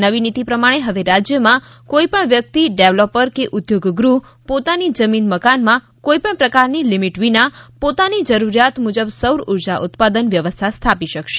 નવી નીતિ પ્રમાણે હવે રાજ્યમાં કોઈપણ વ્યક્તિ ડેવલોપર કે ઉદ્યોગગૃહ પોતાની જમીન મકાનમાં કોઈપણ પ્રકારની લીમીટ વિના પોતાની જરૂરિયાત મુજબ સૌર ઉર્જા ઉત્પાદન વ્યવસ્થા સ્થાપી શકશે